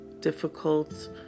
difficult